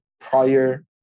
prior